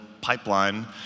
pipeline